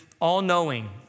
all-knowing